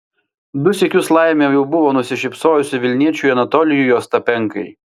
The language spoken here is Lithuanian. du sykius laimė jau buvo nusišypsojusi vilniečiui anatolijui ostapenkai